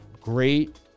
Great